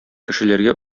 кешеләргә